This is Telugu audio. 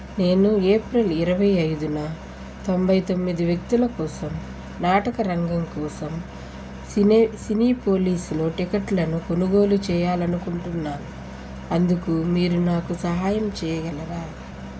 నేను ఏప్రిల్ ఇరవై ఐదున తొంభై తొమ్మిది వ్యక్తుల కోసం నాటకరంగం కోసం సినీ పోలిస్లో టిక్కెట్లను కొనుగోలు చేయాలనుకుంటున్నాను అందుకు మీరు నాకు సహాయం చేయగలరా